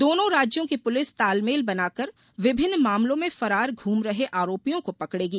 दोनों राज्यों की पुलिस तालमेल बनाकर विभिन्न मामलों में फरार घूम रहे आरोपियों को पकड़ेगी